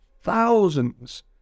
thousands